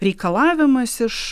reikalavimas iš